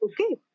Okay